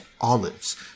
olives